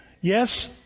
yes